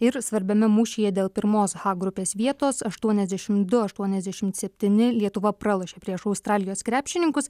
ir svarbiame mūšyje dėl pirmos h grupės vietos aštuoniasdešim du aštuoniasdešim septyni lietuva pralošė prieš australijos krepšininkus